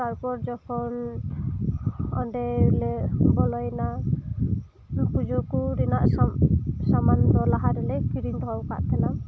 ᱛᱟᱨ ᱯᱚᱨ ᱡᱚᱠᱷᱚᱱ ᱚᱸᱰᱮᱞᱮ ᱵᱚᱞᱚᱭᱱᱟ ᱯᱩᱡᱟᱹ ᱠᱚ ᱠᱚᱨᱮᱱᱟᱜ ᱥᱟᱢᱟᱱ ᱠᱚ ᱞᱟᱦᱟ ᱨᱮᱞᱮ ᱠᱤᱨᱤᱧ ᱫᱚᱦᱚ ᱟᱠᱟᱫ ᱛᱟᱦᱮᱸᱱᱟ